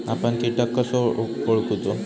आपन कीटक कसो ओळखूचो?